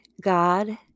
God